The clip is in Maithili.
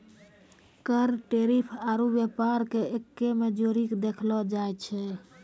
कर टैरिफ आरू व्यापार के एक्कै मे जोड़ीके देखलो जाए छै